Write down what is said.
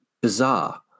bizarre